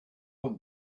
one